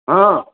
ହଁ